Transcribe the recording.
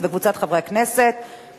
עוברת לוועדת הכלכלה להכנתה לקריאה ראשונה.